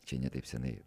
čia ne taip senai